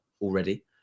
already